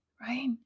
right